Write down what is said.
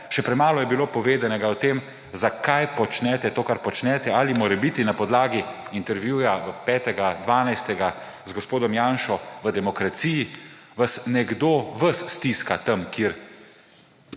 Še premalo je bilo povedanega o tem, zakaj počnete to, kar počnete. Ali vas morebiti na podlagi intervjuja 5. 12. z gospodom Janšo v Demokraciji nekdo stiska tam, kjer